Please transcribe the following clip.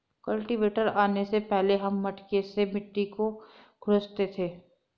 cultivator आने से पहले हम मटके से मिट्टी को खुरंचते थे